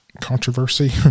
controversy